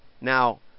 now